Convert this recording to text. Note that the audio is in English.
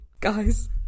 guys